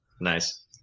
Nice